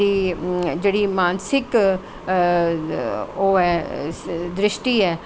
दी जेह्ड़ी मानसिक ओह् ऐ दृष्टी ऐ